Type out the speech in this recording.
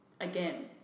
Again